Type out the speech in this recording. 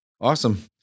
Awesome